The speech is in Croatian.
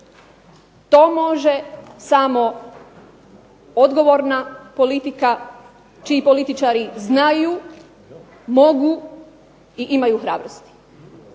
To može samo odgovorna politika čiji političari znaju, mogu i imaju hrabrosti.